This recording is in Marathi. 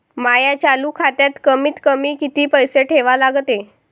माया चालू खात्यात कमीत कमी किती पैसे ठेवा लागते?